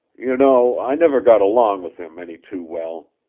you know, i never got along with him any too well.